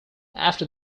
after